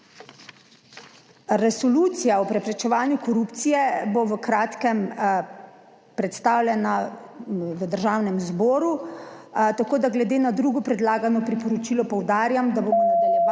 Resolucija o preprečevanju korupcije bo v kratkem predstavljena v Državnem zboru, tako da glede na drugo predlagano priporočilo poudarjam, da bomo nadaljevali